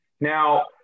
now